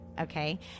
okay